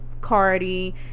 Cardi